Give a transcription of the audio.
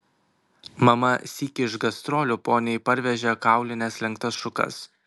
mama sykį iš gastrolių poniai parvežė kaulines lenktas šukas